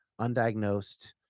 Undiagnosed